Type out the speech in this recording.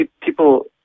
people